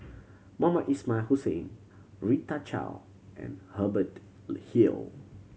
Mohamed Ismail Hussain Rita Chao and Hubert Hill